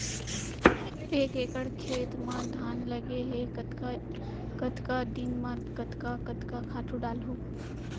एक एकड़ खेत म धान लगे हे कतका कतका दिन म कतका कतका खातू डालहुँ?